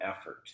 effort